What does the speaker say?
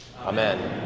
Amen